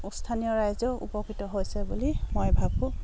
স্থানীয় ৰাইজেও উপকৃত হৈছে বুলি মই ভাবোঁ